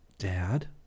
Dad